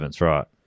right